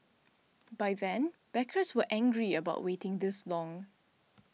by then backers were angry about waiting this long